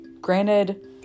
granted